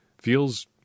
Feels